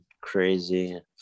crazy